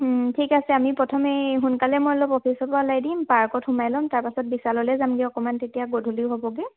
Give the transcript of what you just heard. ঠিক আছে আমি প্ৰথমে এই সোনকালে মই অলপ অফিচৰ পৰা ওলাই দিম পাৰ্কত সোমাই ল'ম তাৰপাছত বিশাললে যামগৈ অকণমান তেতিয়া গধূলি হ'বগৈ